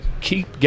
keep